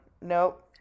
Nope